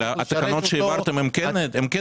בתקנות שהעברתם של שימוש במזומנים,